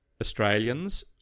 Australians